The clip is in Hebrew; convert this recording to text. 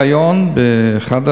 הוא אמר בריאיון באחד,